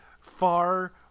far